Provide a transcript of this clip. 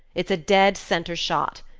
it's a dead centre shot.